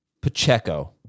Pacheco